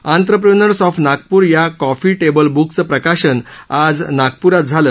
entrepreneurs of Nagpur या coffee table बुकचं प्रकाशन आज नागपुरात झालं